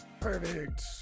perfect